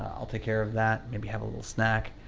i'll take care of that, maybe have a little snack,